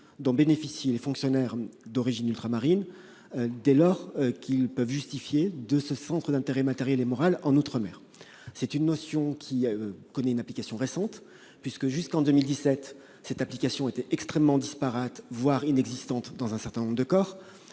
dont bénéficient les fonctionnaires d'origine ultramarine dès lors qu'ils peuvent justifier de ce centre d'intérêt matériel et moral en outre-mer. Il s'agit d'une notion récente : jusqu'en 2017, son application était extrêmement disparate, voire inexistante dans un certain nombre de corps.